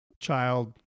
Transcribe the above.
child